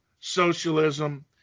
socialism